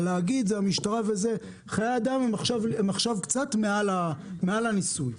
חיי אדם הם קצת מעל הניסוי.